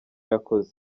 yakoze